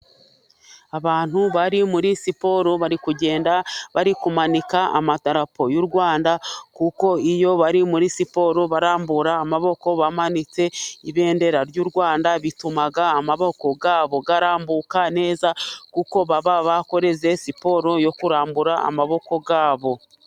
Abantu bari muri siporo, bari kugenda bari kumanika amadarapo y'u Rwanda, kuko iyo bari muri siporo barambura amaboko, bamanitse ibendera ry'u Rwanda, bituma amaboko yabo arambuka neza, kuko baba bakoze siporo yo kurambura amaboko yabo.